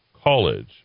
college